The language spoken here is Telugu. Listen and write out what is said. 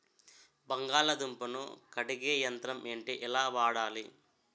బంగాళదుంప ను కడిగే యంత్రం ఏంటి? ఎలా వాడాలి?